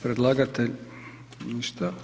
Predlagatelj, ništa.